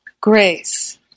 grace